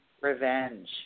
revenge